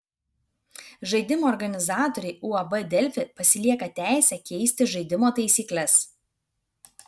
žaidimo organizatoriai uab delfi pasilieka teisę keisti žaidimo taisykles